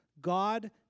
God